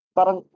Parang